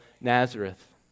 Nazareth